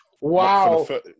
wow